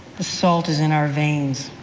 the salt is in our veins.